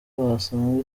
wasanga